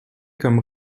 comme